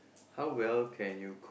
how well can you